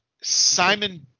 simon